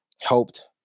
helped